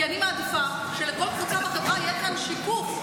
כי אני מעדיפה שלכל קבוצה בחברה יהיה כאן שיקוף,